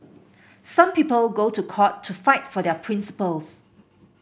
some people go to court to fight for their principles